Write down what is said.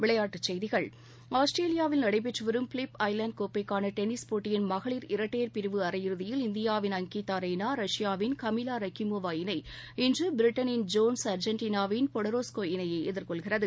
விளையாட்டுச் செய்திகள் ஆஸ்திரேலியாவில் நடைபெற்று வரும் பிலிப் ஐலேண்டு கோப்பைக்கான டென்னிஸ் போட்டியின் மகளிர் இரட்டையர் பிரிவு அரையிறுதியில் இந்தியாவின் அங்கிதா ரெய்னா ரஷ்யாவின் கமீலா ரக்கி மோவா இணை இன்று பிரிட்டனின் ஜோன்ஸ் அர்ஜென்டினாவின் பொடரோஸ்கா இணையை எதிர்கொள்கிறது